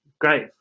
Great